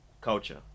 culture